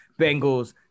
Bengals